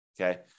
Okay